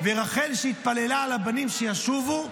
ורחל שהתפללה על הבנים שישובו,